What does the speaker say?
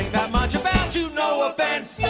that much about you no offense!